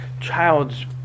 child's